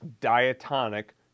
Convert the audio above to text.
diatonic